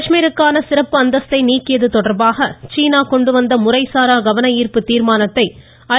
காஷ்மீருக்கான சிறப்பு அந்தஸ்த்தை நீக்கியது தொடர்பாக சீனா கொண்டு வந்த முறைசாரா கவனா்ப்பு தீர்மானத்தை ஐ